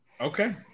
Okay